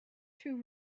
two